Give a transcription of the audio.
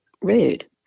rude